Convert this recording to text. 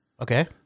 Okay